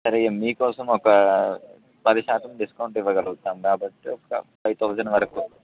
సరే మీకోసం ఒక పది శాతం డిస్కౌంట్ ఇవ్వగలుగుతాం కాబట్టి ఒక ఫైవ్ థౌసండ్ వరకు